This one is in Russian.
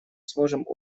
сможем